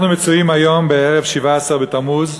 אנחנו מצויים היום בערב 17 בתמוז,